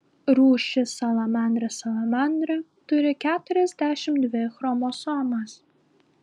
rūšis salamandra salamandra turi keturiasdešimt dvi chromosomas